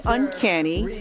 Uncanny